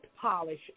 polish